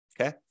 okay